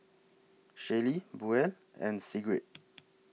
Shelley Buel and Sigrid